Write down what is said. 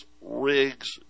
rigs